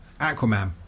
aquaman